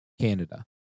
Canada